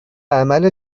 عمل